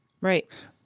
Right